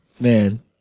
Man